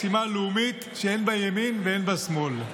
משימה לאומית שאין בה ימין ואין בה שמאל.